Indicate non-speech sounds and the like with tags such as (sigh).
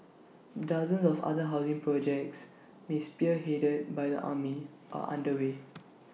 dozens of other housing projects may spearheaded by the army are underway (noise)